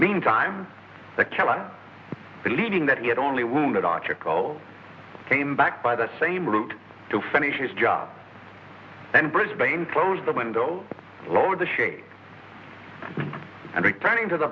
meantime the caliber believing that he had only wounded article came back by the same route to finish his job and brisbane closed the window load the shades and returning to the